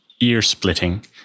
ear-splitting